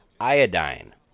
Iodine